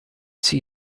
see